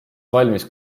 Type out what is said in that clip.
valmis